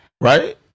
Right